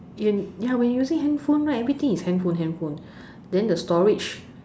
in ya when you're using handphone right then everything is handphone handphone then the storage